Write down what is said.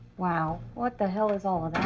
wow. what the hell is all